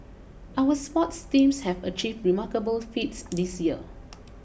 our sports teams have achieved remarkable feats this year